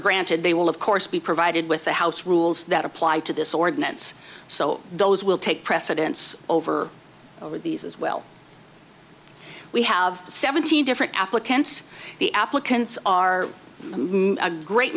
granted they will of course be provided with the house rules that apply to this ordinance so those will take precedence over over these as well we have seventeen different applicants the applicants our great